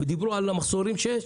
ודיברו על המחסור שיש.